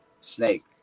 snake